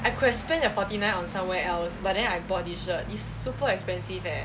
I could have spent that forty nine on somewhere else but then I bought this shirt it's super expensive leh